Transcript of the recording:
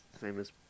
famous